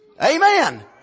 Amen